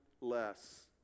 less